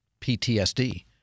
PTSD